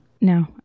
No